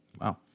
Wow